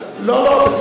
לא לא,